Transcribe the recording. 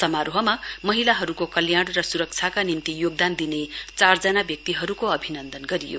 समारोहमा महिलाहरूको कल्याण र सुरक्षा निम्ति योगदान दिने चारजना व्यक्तिहरूको अभिनन्दन गरियो